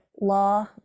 law